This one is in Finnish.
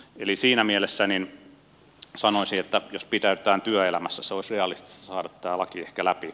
eli siinä mielessä sanoisin että jos pitäydytään työelämässä olisi realistista saada tämä laki ehkä läpi